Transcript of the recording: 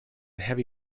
heavy